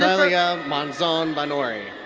celia monzon-banorri.